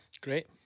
great